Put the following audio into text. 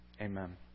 Amen